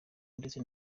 ndetse